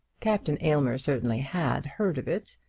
captain aylmer certainly had heard of it,